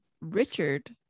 Richard